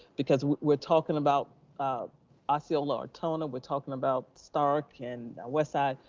because we're talking about osceola ortona, we're talking about starke and west side,